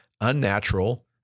unnatural